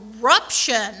corruption